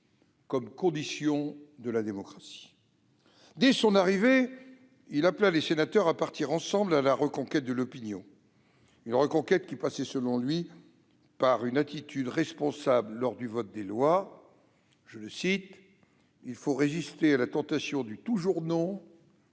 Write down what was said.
comme condition de la démocratie. Dès son arrivée, il appela les sénateurs à partir ensemble à la reconquête de l'opinion. Une reconquête qui passait, selon lui, par une attitude responsable lors du vote des lois :« Il